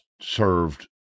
served